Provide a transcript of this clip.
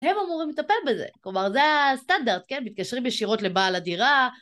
הם אמורים לטפל בזה, כלומר זה הסטנדרט, כן? מתקשרים ישירות לבעל הדירה.